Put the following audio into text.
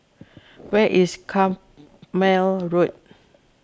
where is Carpmael Road